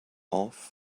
off